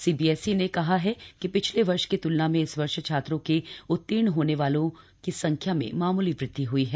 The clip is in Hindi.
सीबीएसई ने कहा है कि पिछले वर्ष की त्लना में इस वर्ष छात्रो के उर्त्तीण होने वालों की संख्या में मामूली वद्वि हई है